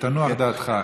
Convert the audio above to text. תנוח דעתך,